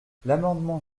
l’amendement